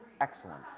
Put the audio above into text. Excellent